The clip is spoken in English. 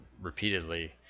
repeatedly –